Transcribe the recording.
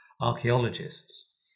archaeologists